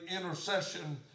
intercession